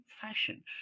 fashion